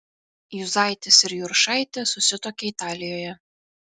juzaitis ir juršaitė susituokė italijoje